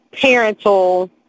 parental